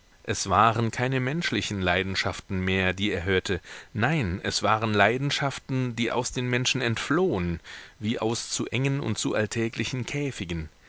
es waren keine menschlichen leidenschaften mehr die er hörte nein es waren leidenschaften die aus den menschen entflohen wie aus zu engen und zu alltäglichen käfigen